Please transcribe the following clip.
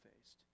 faced